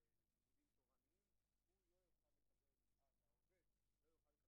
אנחנו בודקים האם ההורים יכולים